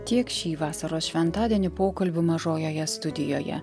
tiek šį vasaros šventadienį pokalbių mažojoje studijoje